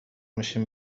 میشیم